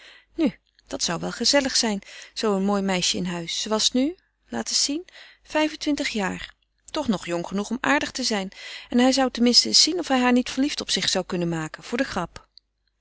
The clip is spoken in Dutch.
nu dat zou wel gezellig zijn zoo een mooi meisje in huis ze was nu laat eens zien vijf-en-twintig jaar toch nog jong genoeg om aardig te zijn hij zou ten minste eens zien of hij haar niet verliefd op zich zou kunnen maken voor de grap